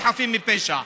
חברת הכנסת יעל כהן-פארן,